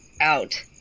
out